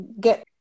get